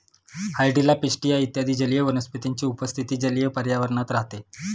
hydrilla, pistia इत्यादी जलीय वनस्पतींची उपस्थिती जलीय पर्यावरणात राहते